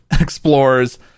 explores